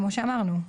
כפי שאמרנו.